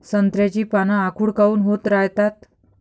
संत्र्याची पान आखूड काऊन होत रायतात?